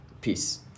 Peace